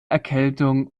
erkältung